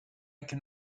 can